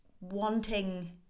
wanting